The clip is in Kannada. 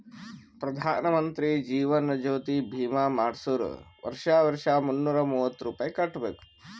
ಪ್ರಧಾನ್ ಮಂತ್ರಿ ಜೀವನ್ ಜ್ಯೋತಿ ಭೀಮಾ ಮಾಡ್ಸುರ್ ವರ್ಷಾ ವರ್ಷಾ ಮುನ್ನೂರ ಮೂವತ್ತ ರುಪಾಯಿ ಕಟ್ಬಬೇಕ್